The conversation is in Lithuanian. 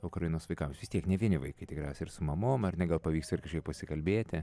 ukrainos vaikams vis tiek ne vieni vaikai tikriausiai ir su mamom ar ne gal pavyksta ir kažkiek pasikalbėti